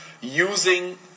using